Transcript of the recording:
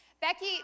Becky